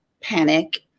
panic